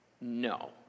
No